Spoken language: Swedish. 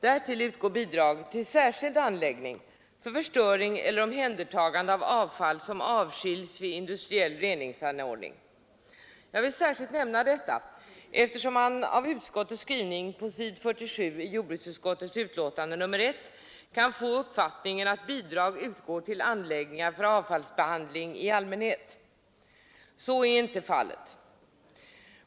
Därtill utgår bidrag till särskild anläggning för förstöring eller omhändertagande av avfall som avskiljs vid industriell reningsanordning. Jag vill särskilt nämna detta eftersom man av jordbruksutskottets skrivning på s. 47 i betänkandet nr 1 kan få uppfattningen att bidrag utgår till anläggningar för avfallsbehandling i allmänhet. Så är inte fallet.